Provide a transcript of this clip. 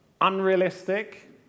unrealistic